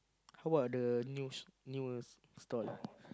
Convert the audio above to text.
how about the news news stall